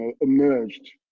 emerged